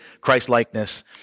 Christ-likeness